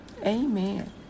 Amen